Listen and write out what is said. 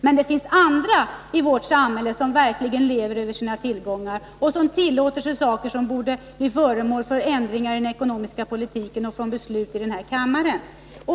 Men det finns andra i vårt samhälle som verkligen lever över sina tillgångar och som tillåter sig saker som vi borde sätta stopp för genom beslut här i kammaren!